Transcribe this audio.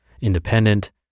independent